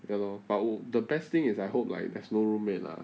ya lor but 我 the best thing is I hope like there's no roommate lah